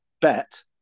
bet